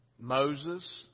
Moses